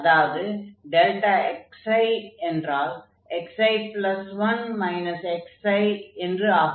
அதாவது xi என்றால் xi1 xi என்று ஆகும்